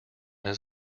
his